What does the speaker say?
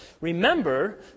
remember